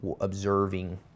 observing